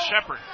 Shepard